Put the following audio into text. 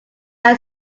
are